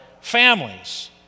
families